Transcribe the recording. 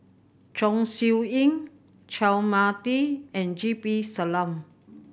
Chong Siew Ying Chua Mia Tee and G P Selvam